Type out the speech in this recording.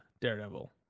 Daredevil